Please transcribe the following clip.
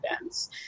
events